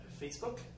Facebook